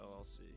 LLC